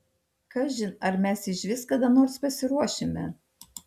kažin ar mes išvis kada nors pasiruošime